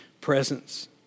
presence